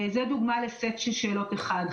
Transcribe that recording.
זו דוגמה לסט שאלות אחד.